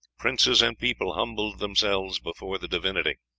princes and people humbled themselves before the divinity,